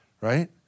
Right